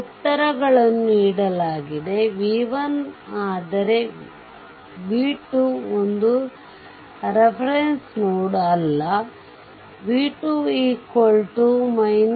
ಉತ್ತರಗಳನ್ನು ನೀಡಲಾಗಿದೆ v1 ಆದರೆ v2 ಒಂದು ರೇಫೆರೆಂಸ್ ನೋಡ್ ಅಲ್ಲ v2 72